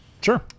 Sure